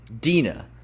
Dina